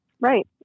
Right